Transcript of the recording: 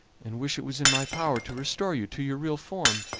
and wish it was in my power to restore you to your real form.